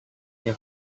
nie